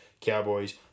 Cowboys